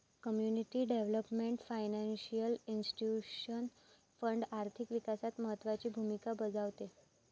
community development financial institution fund आर्थिक विकासात महत्त्वाची भूमिका बजावते